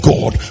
God